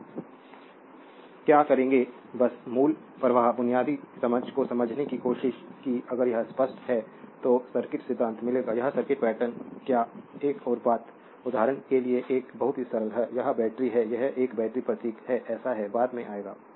तो क्या करेंगे बस मूल प्रवाह बुनियादी समझ को समझने की कोशिश की अगर यह स्पष्ट है तो सर्किट सिद्धांत मिलेगा इस सर्किट पैटर्न क्या एक और बात उदाहरण के लिए एक बहुत ही सरल है यह एक बैटरी है यह एक बैटरी प्रतीक है ऐसा है बाद में आएगा